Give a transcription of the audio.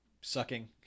sucking